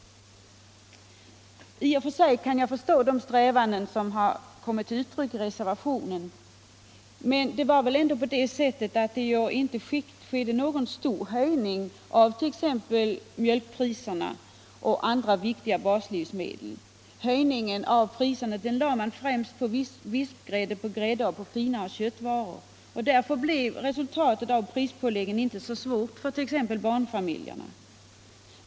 I och för sig kan jag förstå de strävanden som kommit till uttryck i reservationen, men det skedde ju inte någon stor höjning av t.ex. mjölkpriserna och andra viktiga baslivsmedel. Höjningen av priserna lades främst på grädde, vispgrädde och finare köttvaror. Därför blev resultatet av prispålägget inte så svårt för t.ex. barnfamiljerna.